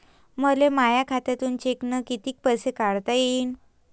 मले माया खात्यातून चेकनं कितीक पैसे काढता येईन?